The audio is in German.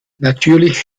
natürlich